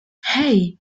hey